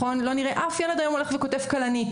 לא נראה אף ילד שקוטף כלנית.